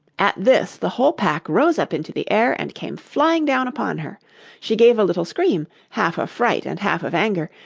at this the whole pack rose up into the air, and came flying down upon her she gave a little scream, half of fright and half of anger,